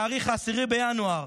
ב-10 בינואר,